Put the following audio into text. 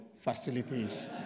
facilities